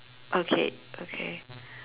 okay okay